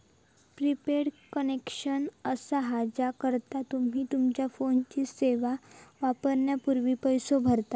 prepaid connection असा हा ज्याकरता तुम्ही तुमच्यो फोनची सेवा वापरण्यापूर्वी पैसो भरता